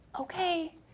okay